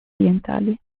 orientali